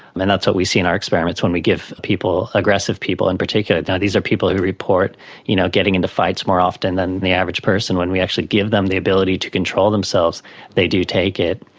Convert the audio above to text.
and that's what we see in our experiments when we give people, aggressive people in particular, these are people who report you know getting into fights more often than the average person, when we actually give them the ability to control themselves they do take it.